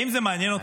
האם זה מעניין אותך?